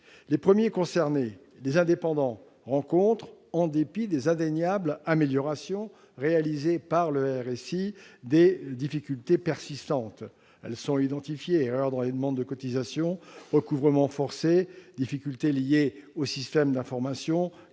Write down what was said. Les premiers concernés, les indépendants, rencontrent, en dépit des indéniables améliorations réalisées par le RSI, des difficultés persistantes. Celles-ci sont identifiées : erreurs dans les demandes de cotisations, recouvrements forcés, difficultés liées aux systèmes d'information,